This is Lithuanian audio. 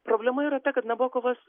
problema yra ta kad nabokovas